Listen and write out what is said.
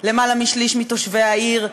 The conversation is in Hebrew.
למעלה משליש מתושבי העיר,